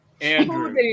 Andrew